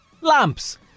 Lamps